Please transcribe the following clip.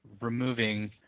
removing